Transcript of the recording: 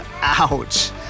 Ouch